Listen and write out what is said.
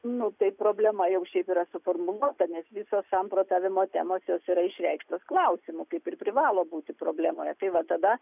nu tai problema jau šiaip yra suformuluota nes visos samprotavimo temos jos yra išreikštos klausimu kaip ir privalo būti problemoje tai va tada